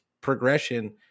progression